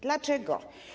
Dlaczego?